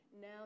Now